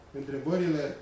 întrebările